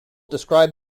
described